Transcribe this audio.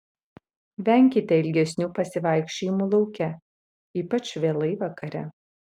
venkite ilgesnių pasivaikščiojimų lauke ypač vėlai vakare